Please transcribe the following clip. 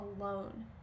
alone